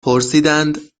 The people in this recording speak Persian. پرسیدند